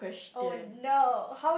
oh no